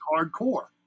hardcore